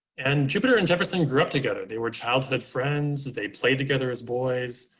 and jupiter and jefferson grew up together. they were childhood friends, they played together as boys.